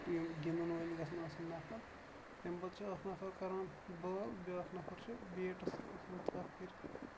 team گِندن وٲلۍگژھن آسنۍ نفر تَمہِ پَتہٕ چھُ اکھ نفر کران بال بیاکھ نَفر چھُ بیٹس آسان تھپھ کٔرِتھ